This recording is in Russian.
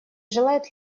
желает